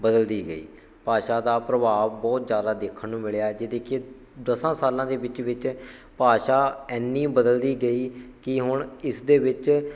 ਬਦਲਦੀ ਗਈ ਭਾਸ਼ਾ ਦਾ ਪ੍ਰਭਾਵ ਬਹੁਤ ਜ਼ਿਆਦਾ ਦੇਖਣ ਨੂੰ ਮਿਲਿਆ ਜੇ ਦੇਖੀਏ ਦਸਾਂ ਸਾਲਾਂ ਦੇ ਵਿੱਚ ਵਿੱਚ ਭਾਸ਼ਾ ਐਨੀ ਬਦਲਦੀ ਗਈ ਕਿ ਹੁਣ ਇਸਦੇ ਵਿੱਚ